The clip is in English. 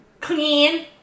clean